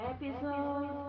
Episode